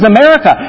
America